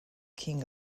king